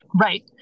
right